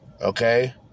okay